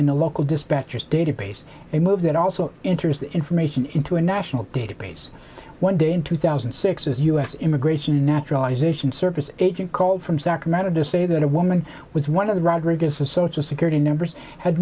in the local dispatchers database a move that also interesting information into a national database one day in two thousand and six as u s immigration and naturalization service agent called from sacramento to say that a woman was one of the rodriguez a social security numbers had